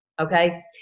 Okay